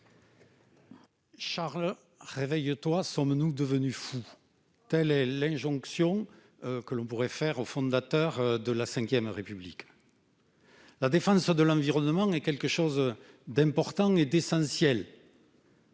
Charles, réveille-toi ! Nous sommes devenus fous !» Telle est l'injonction que nous pourrions adresser au fondateur de la V République. La défense de l'environnement est quelque chose d'important, et même d'essentiel.